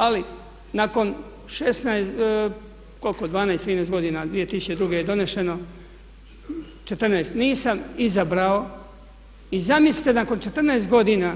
Ali nakon 16, koliko 12, 13 godina od 2002. kad je doneseno, 14, nisam izabrao i zamislite nakon 14 godina